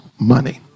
money